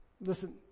listen